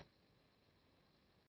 Grazie